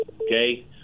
okay